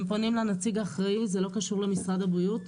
הם פונים לנציג האחראי, זה לא קשור למשרד הבריאות.